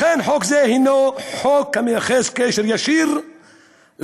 לכן, חוק זה הוא חוק המייחס קשר ישיר לגזענות